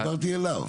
דיברתי אליו.